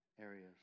areas